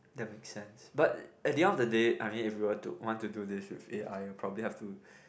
that make sense but at the end of day I mean if were to want to do this with A_I will probably have to